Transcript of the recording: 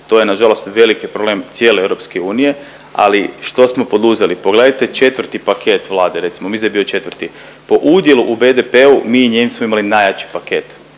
to je nažalost veliki problem cijele EU, ali što smo poduzeli? Pogledajte 4. paket Vlade recimo, mislim da je bio 4. Po udjelu u BDP-u mi i Nijemci smo imali najjači paket.